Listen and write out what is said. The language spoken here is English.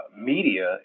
media